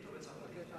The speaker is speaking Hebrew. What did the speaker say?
בצרפתית?